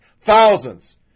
Thousands